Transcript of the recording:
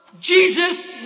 Jesus